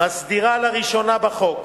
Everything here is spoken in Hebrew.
מסדירה לראשונה בחוק